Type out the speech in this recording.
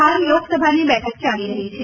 હાલ લોકસભાની બેઠક ચાલી રહી છે